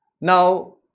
Now